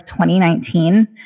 2019